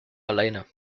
alleine